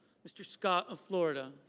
mr. scott of florida.